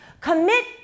Commit